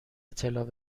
اطلاع